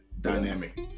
dynamic